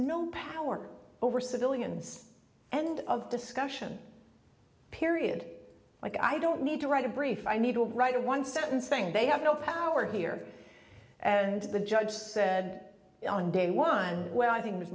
no power over civilians end of discussion period like i don't need to write a brief i need to write a one sentence thing they have no power here and the judge said ellen de wine well i think